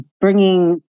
bringing